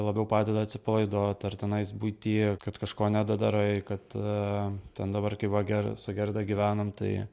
labiau padeda atsipalaiduot ar tenais buity kad kažko nedadarai kad ten dabar kai va ger su gerda gyvenam tai